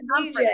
DJ